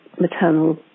maternal